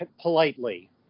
politely